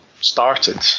started